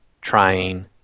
trying